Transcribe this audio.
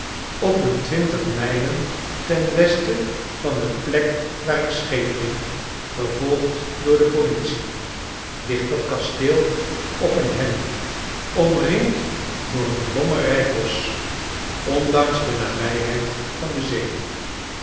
op een twintig mijlen ten westen van de plek waar ik scheep ging vervolgd door de politie ligt dat kasteel op een helling omringd door een lommerrijk bosch ondanks de nabijheid van de zee